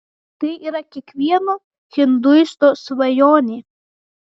tai yra kiekvieno hinduisto svajonė